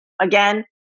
again